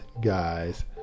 guys